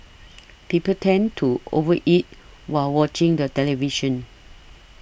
people tend to over eat while watching the television